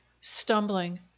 stumbling